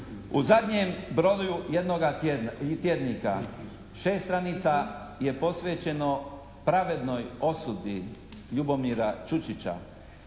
U zadnjem broju jednoga tjednika šest stranica je posvećeno pravednoj osudi Ljubomira Čučića